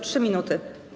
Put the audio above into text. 3 minuty.